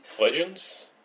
Legends